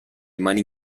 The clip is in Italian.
mani